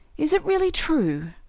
is it really true?